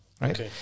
Right